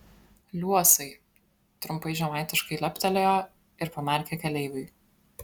liuosai trumpai žemaitiškai leptelėjo ir pamerkė keleiviui